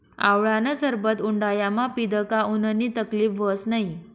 आवळानं सरबत उंडायामा पीदं का उननी तकलीब व्हस नै